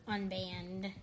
Unbanned